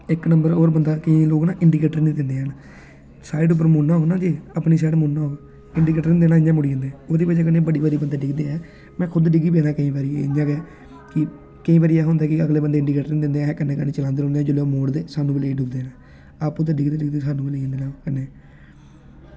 ते इक्क नंबर बंदा ते केईं लोक ना इंडीकेटर निं दिंदे हैन साढ़ा डिपर मारना होग ते अपनी साईड मल्लो हा इंडीकेटर निं देना इंया मुड़ी दिंदे ओह्दी बजह कन्नै बंदा बड़ी बारी डिग्गदा ऐ में खुद डिग्गी गेदा केईं बारी इंया गै केईं बारी ऐसा होंदा की अगला बंदा इंडीकेटर निं दिंदा ऐ ते जेल्लै ओह् मोड़दे न ते कन्नै गै डिग्गदे न आपूं ते डिग्गदे ते डिग्गदे सानूं बी लेई जंदे कन्नै